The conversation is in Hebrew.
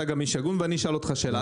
אתה גם איש הגון ואני אשאל אותך שאלה.